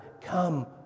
Come